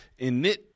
init